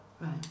Right